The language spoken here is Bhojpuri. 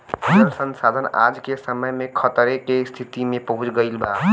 जल संसाधन आज के समय में खतरे के स्तिति में पहुँच गइल बा